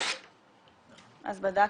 אז בדקנו.